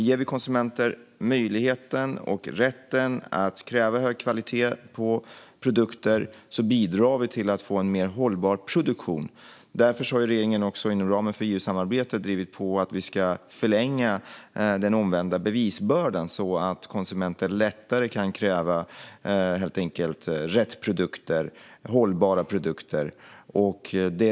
Om vi ger konsumenter möjligheten och rätten att kräva en hög kvalitet på produkter bidrar vi till att få en mer hållbar produktion. Därför har regeringen inom ramen för EU-samarbetet drivit på för att vi ska förlänga den omvända bevisbördan så att konsumenter helt enkelt lättare kan kräva rätt produkter och hållbara produkter.